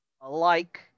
alike